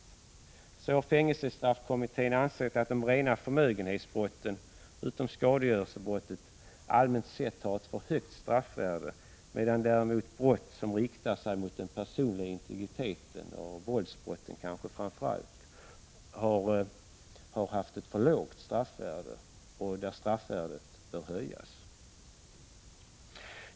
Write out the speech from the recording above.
Så t.ex. har fängelsestraffkommittén ansett att de rena förmögenhetsbrotten, utom skadegörelsebrotten, allmänt sett har ett alltför högt straffvärde medan däremot brott som riktar sig mot den personliga integriteten, främst våldsbrotten, har haft ett alltför lågt straffvärde och bör höjas.